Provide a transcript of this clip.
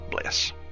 bless